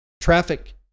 traffic